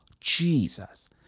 Jesus